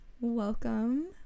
Welcome